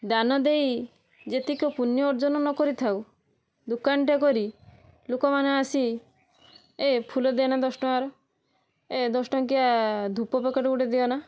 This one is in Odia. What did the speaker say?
ଦାନ ଦେଇ ଯେତିକି ପୁଣ୍ୟ ଅର୍ଜନ ନ କରିଥାଉ ଦୋକାନଟେ କରି ଲୋକମାନେ ଆସି ଏ ଫୁଲ ଦେ ନା ଦଶଟଙ୍କାର ଏ ଦଶ ଟଙ୍କିଆ ଧୂପ ପ୍ୟାକେଟ ଗୋଟେ ଦିଅନା